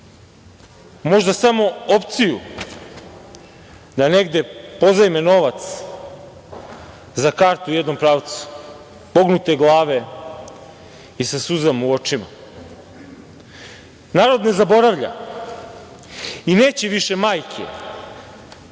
možda samo opciju da negde pozajme novac za kartu u jednom pravcu, pognute glave i sa suzama u očima. Narod ne zaboravlja i neće više majke